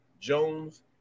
Jones